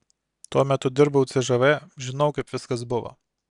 tuo metu dirbau cžv žinau kaip viskas buvo